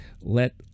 let